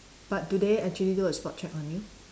but do they actually do a spot check on you